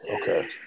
Okay